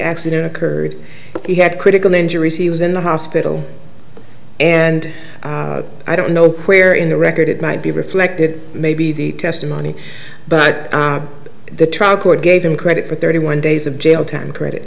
accident occurred he had critical injuries he was in the hospital and i don't know where in the record it might be reflected maybe the testimony but the trial court gave him credit for thirty one days of jail time credit